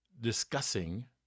discussing